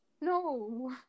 No